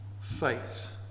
faith